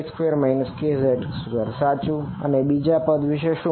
kx2 ky2 kz2 સાચું અને બીજા પદ વિષે શું